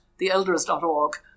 theelders.org